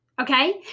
Okay